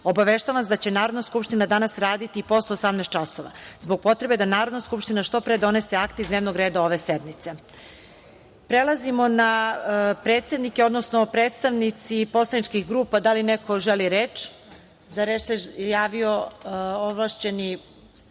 obaveštavam vas da će Narodna skupština danas raditi i posle 18.00 časova, zbog potrebe da Narodna skupština što pre donese akte iz dnevnog reda ove sednice. Prelazimo na predsednike, odnosno predstavnike poslaničkih grupa. Da li neko želi reč? (Da.)Reč ima ovlašćeni